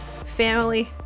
Family